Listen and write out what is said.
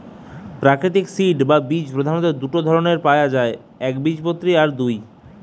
প্রাকৃতিক সিড বা বীজ প্রধাণত দুটো ধরণের পায়া যায় একবীজপত্রী আর দুই